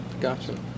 Gotcha